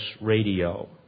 radio